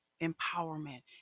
empowerment